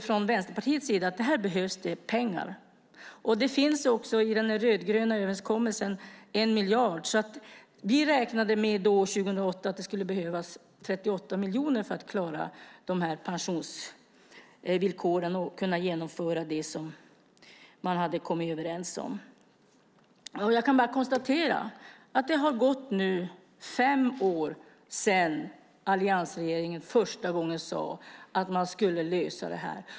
Från Vänsterpartiets sida säger vi att det behövs pengar. I den rödgröna överenskommelsen finns det 1 miljard. Vi räknade 2008 med att det skulle behövas 38 miljoner för att klara pensionsvillkoren och för att kunna genomföra det man hade kommit överens om. Jag kan konstatera att det har gått fem år sedan alliansregeringen första gången sade att man skulle lösa detta.